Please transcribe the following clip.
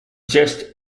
just